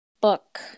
book